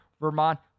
Vermont